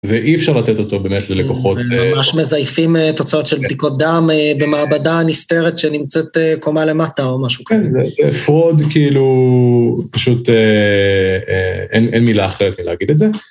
ואי אפשר לתת אותו באמת ללקוחות. ממש מזייפים תוצאות של בדיקות דם במעבדה נסתרת שנמצאת קומה למטה או משהו כזה. כן, זה fraud כאילו, פשוט אין מילה אחרת מלהגיד את זה.